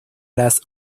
las